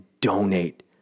donate